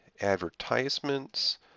advertisements